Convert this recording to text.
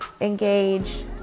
engage